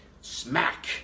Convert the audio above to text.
Smack